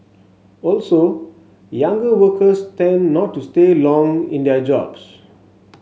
also younger workers tend not to stay long in their jobs